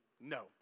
No